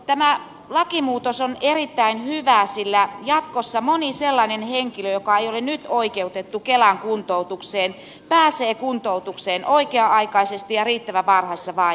tämä lakimuutos on erittäin hyvä sillä jatkossa moni sellainen henkilö joka ei ole nyt oikeutettu kelan kuntoutukseen pääsee kuntoutukseen oikea aikaisesti ja riittävän varhaisessa vaiheessa